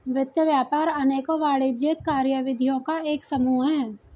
वित्त व्यापार अनेकों वाणिज्यिक कार्यविधियों का एक समूह है